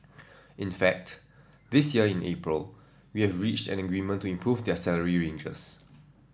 in fact this year in April we have reached an agreement to improve their salary ranges